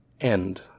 End